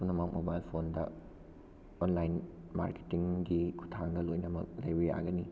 ꯄꯨꯝꯅꯃꯛ ꯃꯣꯕꯥꯏꯜ ꯐꯣꯟꯗ ꯑꯣꯟꯂꯥꯏꯟ ꯃꯥꯔꯀꯦꯠꯇꯤꯡꯒꯤ ꯈꯨꯠꯊꯥꯡꯗ ꯂꯣꯏꯅꯃꯛ ꯂꯩꯕ ꯌꯥꯒꯅꯤ